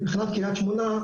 מבחינת קריית שמונה,